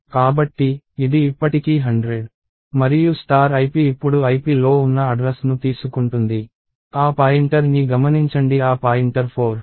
కాబట్టి ఇది ఇప్పటికీ 100 మరియు ip ఇప్పుడు ipలో ఉన్న అడ్రస్ ను తీసుకుంటుంది ఆ పాయింటర్ ని గమనించండి ఆ పాయింటర్ 4